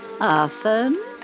Often